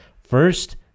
First